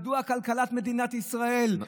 מדוע כלכלת מדינת ישראל היא,